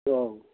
औ